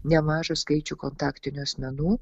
nemažą skaičių kontaktinių asmenų